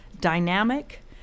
dynamic